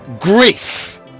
grace